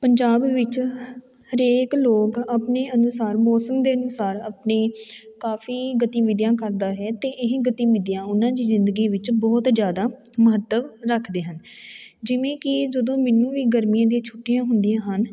ਪੰਜਾਬ ਵਿੱਚ ਹਰੇਕ ਲੋਕ ਆਪਣੇ ਅਨੁਸਾਰ ਮੌਸਮ ਦੇ ਅਨੁਸਾਰ ਆਪਣੀ ਕਾਫੀ ਗਤੀਵਿਧੀਆਂ ਕਰਦਾ ਹੈ ਅਤੇ ਇਹ ਗਤੀਵਿਧੀਆਂ ਉਹਨਾਂ ਦੀ ਜ਼ਿੰਦਗੀ ਵਿੱਚ ਬਹੁਤ ਜ਼ਿਆਦਾ ਮਹੱਤਵ ਰੱਖਦੇ ਹਨ ਜਿਵੇਂ ਕਿ ਜਦੋਂ ਮੈਨੂੰ ਵੀ ਗਰਮੀਆਂ ਦੀਆਂ ਛੁੱਟੀਆਂ ਹੁੰਦੀਆਂ ਹਨ